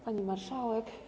Pani Marszałek!